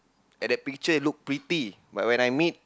at that picture look pretty but when I meet